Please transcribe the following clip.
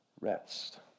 rest